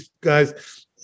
guys